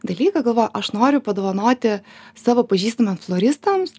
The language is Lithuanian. dalyką galvojau aš noriu padovanoti savo pažįstamiem floristams